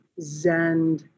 zen